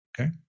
okay